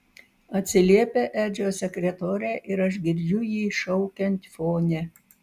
atsiliepia edžio sekretorė ir aš girdžiu jį šaukiant fone